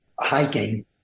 hiking